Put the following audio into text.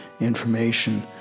information